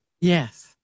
Yes